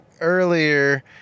earlier